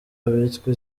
abitwa